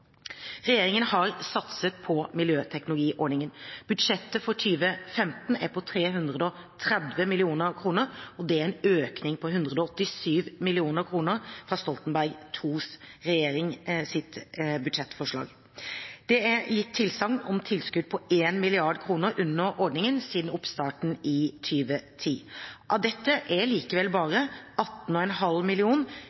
Regjeringen har satset på Miljøteknologiordningen. Budsjettet for 2015 er på 330 mill. kr, det er en økning på 187 mill. kr fra Stoltenberg II-regjeringens siste budsjettforslag. Det er gitt tilsagn om tilskudd på 1 mrd. kr under ordningen siden oppstarten i 2010. Av dette har likevel bare 18,5